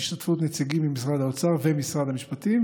בהשתתפות נציגים ממשרד האוצר ומשרד המשפטים.